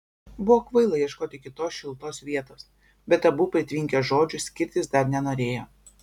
buvo kvaila ieškoti kitos šiltos vietos bet abu pritvinkę žodžių skirtis dar nenorėjo